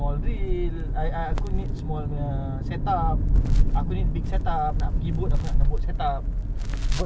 sama sama because you know I kita jenis orang K lah for example lah eh taruk ah drill stool